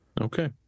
Okay